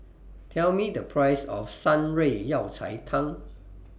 Tell Me The Price of Shan Rui Yao Cai Tang